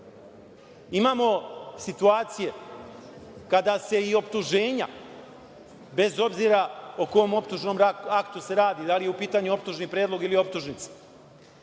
situacije kada se i optuženja, bez obzira o kom optužnom aktu se radi, da li je u pitanju optužni predlog ili optužnica,